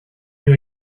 you